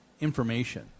information